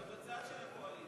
זו תוצאה של הקואליציה.